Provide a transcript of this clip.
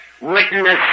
Witness